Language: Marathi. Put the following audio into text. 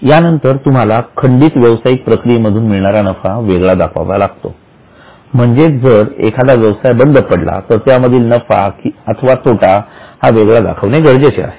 त्यानंतर तुम्हाला खंडीत व्यवसायिक प्रक्रियांमधून मिळणारा नफा वेगळा दाखवावा लागतो म्हणजेच जर एखादा व्यवसाय बंद पडला तर त्यामधील नफा अथवा तोटा हा वेगळा दाखविणे गरजेचे आहे